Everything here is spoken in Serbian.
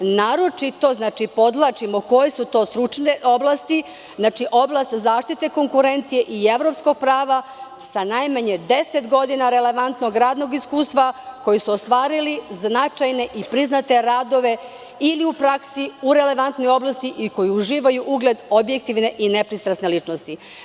Naročito smo podvukli koje su to stručne oblasti: oblast zaštite konkurencije i evropskog prava, sa najmanje 10 godina relevantnog radnog iskustva, koji su ostvarili značajne i priznate radove, ili u praksi, u relevantnoj oblasti i koji uživaju ugled objektivne i nepristrasne ličnosti.